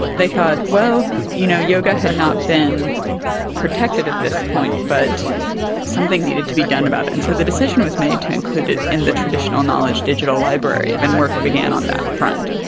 they thought, well, you know yoga had not been protected at this point, but something needed to be done about it. and so the decision was made to include it in the traditional knowledge digital library, and then work began on that front.